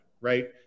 right